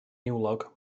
niwlog